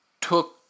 took